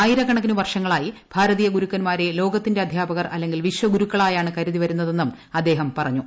ആയിരക്കണക്കിനു വർഷങ്ങളായി ഭാരതീയ ഗുരുക്കന്മാരെ ലോക ത്തിന്റെ അധ്യാപകർ അല്ലെങ്കിൽ വിശ്വഗുരുക്കളായാണ് കരുതി വരുന്ന തെന്നും അദ്ദേഹം പറഞ്ഞു